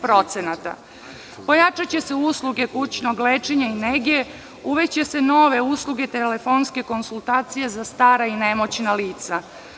Pojačaće se usluge kućnog lečenja i nege, uvešće se nove usluge, telefonske konsultacije za stara i nemoćna lica.